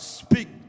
speak